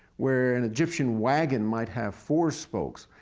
where an egyptian wagon might have four spokes,